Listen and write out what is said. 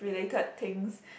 related things